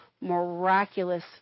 miraculous